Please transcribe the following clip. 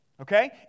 okay